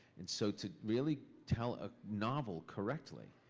and so to really tell a novel correctly,